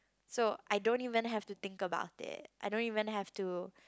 so I don't even have to think about it I don't even have to